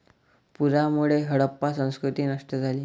पुरामुळे हडप्पा संस्कृती नष्ट झाली